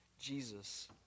Jesus